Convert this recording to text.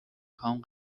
کام